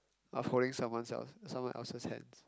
are holding someone else someone else's hands